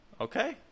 Okay